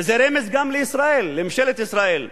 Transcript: וזה רמז גם לישראל, לממשלת ישראל.